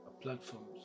platforms